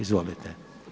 Izvolite.